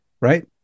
right